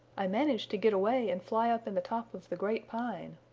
i managed to get away and fly up in the top of the great pine.